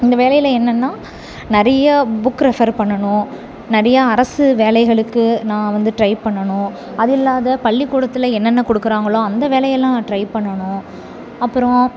இந்த வேலையில் என்னென்னால் நிறைய புக் ரெஃபர் பண்ணணும் நிறைய அரசு வேலைகளுக்கு நான் வந்து ட்ரை பண்ணணும் அதில்லாத பள்ளிக்கூடத்தில் என்னென்ன கொடுக்கறாங்களோ அந்த வேலை எல்லாம் நான் ட்ரை பண்ணணும் அப்புறம்